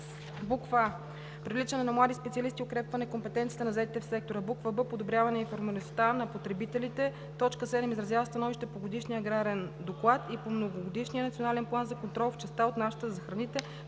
с: а) привличане на млади специалисти и укрепване компетенциите на заетите в сектора; б) подобряване информираността на потребителите; 7. изразява становище по годишния аграрен доклад и по Многогодишния национален план за контрол в частта, отнасяща се за храните,